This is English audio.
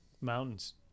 mountains